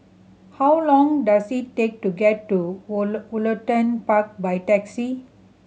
how long does it take to get to Woollerton Park by taxi